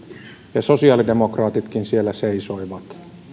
ja sosiaalidemokraatitkin siellä seisoivat